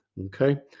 Okay